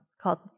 called